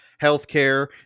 healthcare